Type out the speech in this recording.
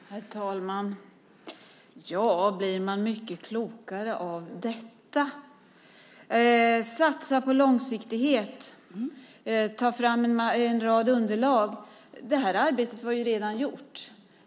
Herr talman! Ja, blir man så mycket klokare av detta? Det talas om att satsa på långsiktighet och om att ta fram en rad underlag. Men det arbetet har ju redan gjorts.